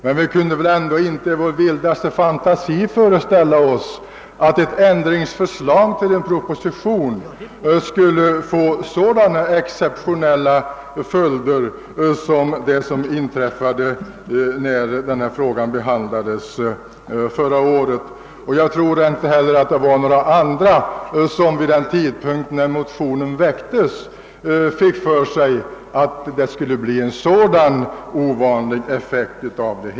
Men vi kunde inte i vår vildaste fantasi föreställa oss att ett ändringsförslag till en proposition skulle få så exceptionella följder. Jag tror inte heller att någon annan vid den tidpunkt, då motionerna väcktes, kunde förutse en så ovanlig effekt.